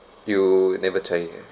you never try it ah